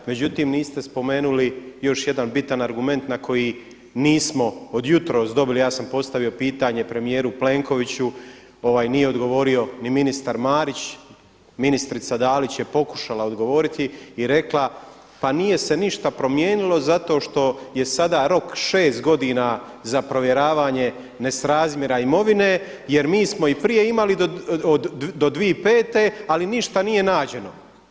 Međutim niste spomenuli još jedan bitan argument na koji nismo od jutros dobili, ja sam postavio pitanje premijeru Plenkoviću ovaj nije odgovori ni ministar Marić, ministrica Dalić je pokušala odgovoriti i rekla, pa nije se ništa promijenilo zato što je sada rok šest godina za provjeravanje nesrazmjera imovine jer mi smo i prije imali do 2005. ali ništa nije nađeno.